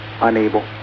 unable